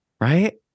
right